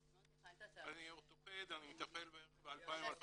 אני אורתופד, אני מטפל בערך ב-2500-2000